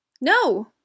No